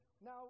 now